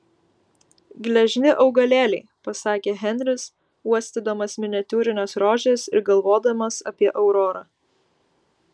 gležni augalėliai pasakė henris uostydamas miniatiūrines rožes ir galvodamas apie aurorą